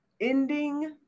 ending